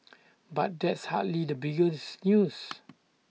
but that's hardly the biggest news